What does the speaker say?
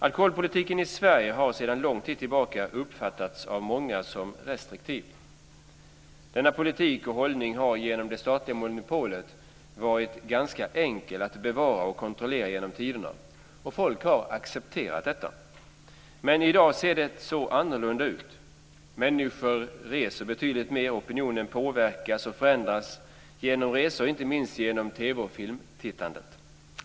Alkoholpolitiken i Sverige har sedan lång tid tillbaka uppfattats av många som restriktiv. Denna politik och hållning har genom det statliga monopolet varit ganska enkel att bevara och kontrollera genom tiderna, och folk har accepterat detta. Men i dag ser det annorlunda ut. Människor reser betydligt mer. Opinionen påverkas och förändras genom resor och inte minst genom TV och filmtittandet.